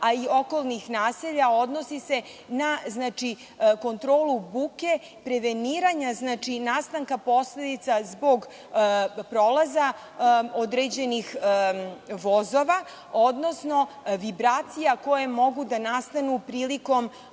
kao i okolnih naselja – odnosi se na kontrolu buke, preveniranja i nastanka posledica zbog prolaza određenih vozova, odnosno vibracija koje mogu da nastanu prilikom